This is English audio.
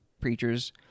preachers